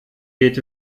geht